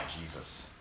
Jesus